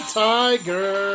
tiger